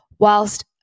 Whilst